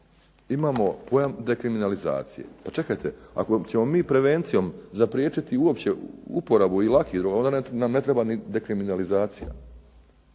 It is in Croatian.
imamo pojam dekriminalizacije. Pa čekajte, ako ćemo mi prevencijom zapriječiti uporabu i lakih droga, onda nam ne treba ni dekriminalizacija.